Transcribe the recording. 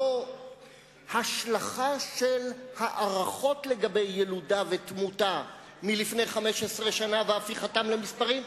לא השלכה של הערכות לגבי ילודה ותמותה מלפני 15 שנה והפיכתן למספרים.